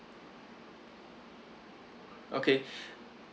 okay